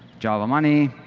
java money,